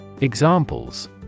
Examples